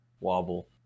wobble